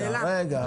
רגע, רגע.